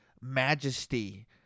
majesty